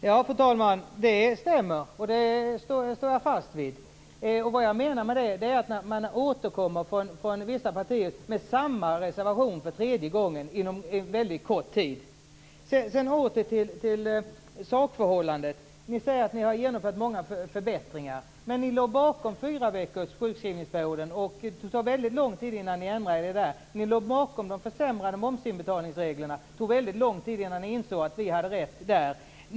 Fru talman! Det stämmer, och jag står fast vid det. Vad jag åsyftar är att man från vissa partier återkommer med samma reservation för tredje gången inom en väldigt kort tid. Så åter till sakförhållandet. Ni säger att ni genomfört många förbättringar. Men ni låg bakom fyra veckors sjukskrivningsperiod. Det tog väldigt lång tid innan ni ändrade det. Ni låg bakom de försämrade momsinbetalningsreglerna. Det tog väldigt lång tid innan ni insåg att vi hade rätt där.